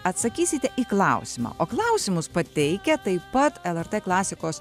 atsakysite į klausimą o klausimus pateikę taip pat lrt klasikos